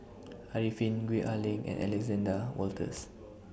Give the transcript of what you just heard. Arifin Gwee Ah Leng and Alexander Wolters